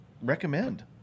recommend